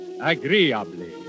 agreeably